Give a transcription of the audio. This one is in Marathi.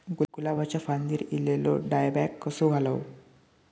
गुलाबाच्या फांदिर एलेलो डायबॅक कसो घालवं?